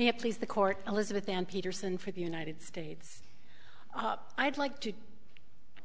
i please the court elizabeth and peterson for the united states i'd like to